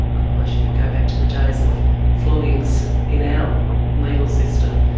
otherwise you could go back to the days of floggings in our legal system.